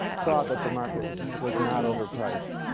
thought that the market was not overpriced.